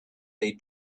they